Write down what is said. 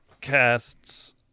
casts